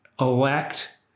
Elect